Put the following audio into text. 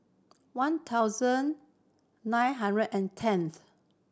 one thousand nine hundred and tenth